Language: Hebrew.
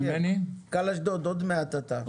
מנכ"ל אשדוד, עוד מעט אתה.